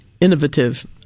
innovative